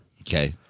Okay